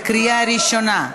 בקריאה ראשונה.